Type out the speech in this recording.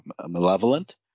malevolent